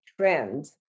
trends